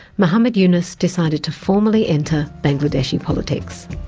muhummad yunus decided to formally enter bangladeshi politics.